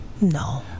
No